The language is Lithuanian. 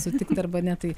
sutikt arba ne tai